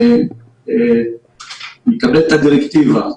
מקבל את הדירקטיבה,